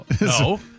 No